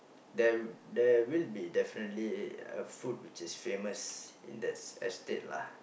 there there will be definitely a food which is famous in that estate lah